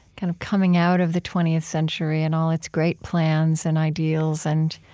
kind of coming out of the twentieth century and all its great plans and ideals and